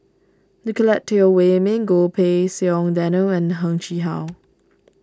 Nicolette Teo Wei Min Goh Pei Siong Daniel and Heng Chee How